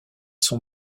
sont